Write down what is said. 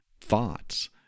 thoughts